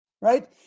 right